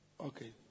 Okay